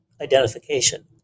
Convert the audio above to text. identification